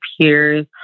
peers